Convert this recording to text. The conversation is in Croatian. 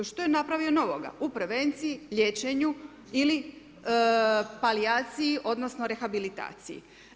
Što je napravio novoga u prevenciji, liječenju ili palijaciji odnosno rehabilitaciji?